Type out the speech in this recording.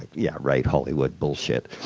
yeah, right. hollywood bullshit.